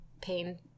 pain